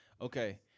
Okay